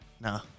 No